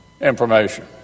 information